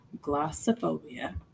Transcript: Glossophobia